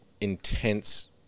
intense